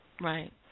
Right